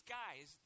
guys